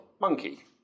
monkey